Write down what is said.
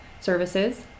services